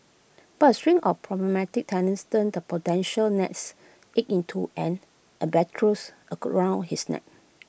but A string of problematic tenants turned the potential nests egg into an albatross his neck